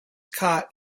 caught